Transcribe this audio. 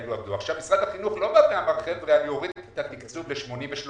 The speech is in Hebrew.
משרד החינוך לא בא ואמר שהוא יוריד את התקצוב ל-83